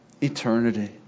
eternity